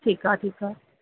ठीकु आहे ठीकु आहे